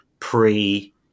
Pre